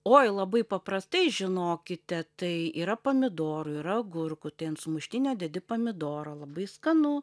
oi labai paprastai žinokite tai yra pomidorų ir agurkų tai an sumuštinio dedi pomidoro labai skanu